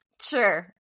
Sure